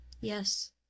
Yes